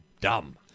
dumb